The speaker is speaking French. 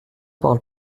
parle